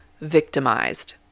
victimized